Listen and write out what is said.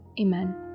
Amen